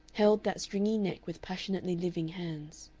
held that stringy neck with passionately living hands.